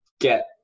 get